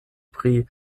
pri